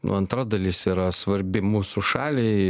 nu antra dalis yra svarbi mūsų šaliai